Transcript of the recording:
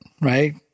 right